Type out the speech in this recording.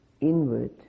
inward